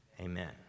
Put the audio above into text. Amen